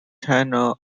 china